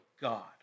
God